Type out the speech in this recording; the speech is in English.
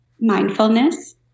Mindfulness